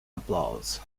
applause